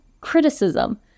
criticism